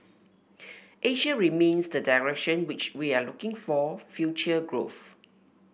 Asia remains the direction which we are looking for future growth